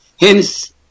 hence